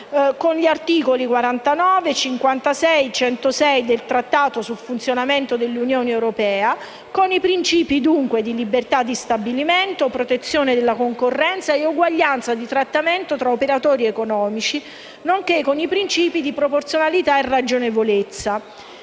con gli articoli 49, 56 e 106 del Trattato sul funzionamento dell'Unione europea, con i principi, dunque, di libertà di stabilimento, protezione della concorrenza ed eguaglianza di trattamento tra operatori economici, nonché con i principi di proporzionalità e ragionevolezza.